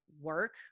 work